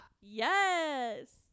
yes